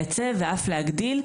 לייצב ואף להגדיל.